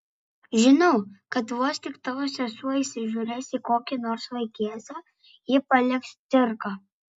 žinau kad vos tik tavo sesuo įsižiūrės į kokį nors vaikėzą ji paliks cirką